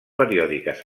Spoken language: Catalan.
periòdiques